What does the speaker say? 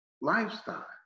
lifestyle